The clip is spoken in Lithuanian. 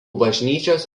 bažnyčios